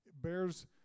bears